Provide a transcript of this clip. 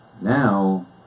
Now